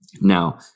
Now